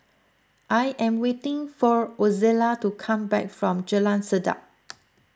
I am waiting for Ozella to come back from Jalan Sedap